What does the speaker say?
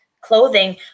clothing